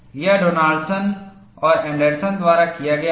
यह डोनाल्डसन और एंडरसन द्वारा किया गया था